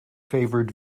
favoured